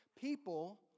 people